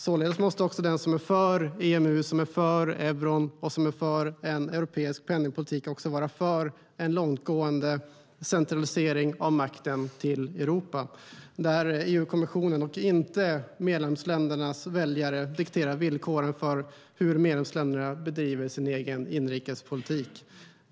Således måste den som är för EMU, för euron och för en europeisk penningpolitik också vara för en långtgående centralisering av makten till Europa, där EU-kommissionen och inte medlemsländernas väljare dikterar villkoren för hur medlemsländerna bedriver sin egen inrikespolitik.